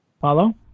Follow